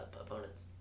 opponents